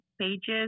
pages